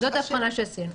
זאת הבחנה שעשינו.